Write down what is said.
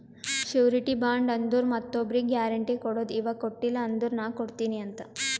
surety bond ಅಂದುರ್ ಮತ್ತೊಬ್ರಿಗ್ guarantee ಕೊಡದು ಇವಾ ಕೊಟ್ಟಿಲ ಅಂದುರ್ ನಾ ಕೊಡ್ತೀನಿ ಅಂತ್